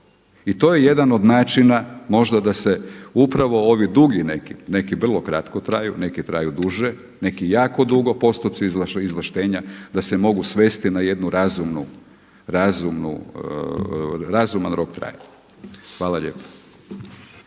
I to je jedan od načina možda da se upravo ovi dugi neki, neki vrlo kratko traju, neki traju duže, neki jako dugo, postupci izvlaštenja da se mogu svesti na jednu razumnu, razuman rok trajanja. Hvala lijepa.